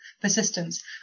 persistence